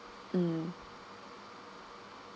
mm